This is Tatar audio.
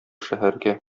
шәһәргә